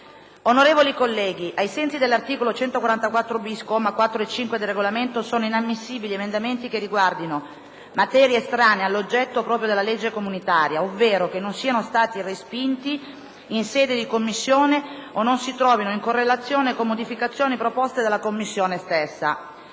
Onorevoli colleghi, ai sensi dell'articolo 144-*bis,* commi 4 e 5, del Regolamento, sono inammissibili emendamenti che riguardino materie estranee all'oggetto proprio della legge comunitaria, ovvero che non siano stati respinti in sede di Commissione o non si trovino in correlazione con modificazioni proposte dalla Commissione stessa.